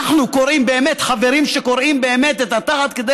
אנחנו באמת חברים שקורעים את התחת כדי